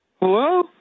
Hello